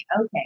okay